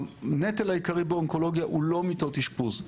הנטל העיקרי באונקולוגיה הוא לא מיטות אשפוז,